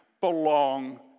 belong